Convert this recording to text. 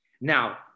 Now